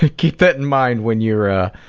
keep that in mind when you're ah,